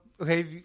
Okay